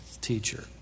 teacher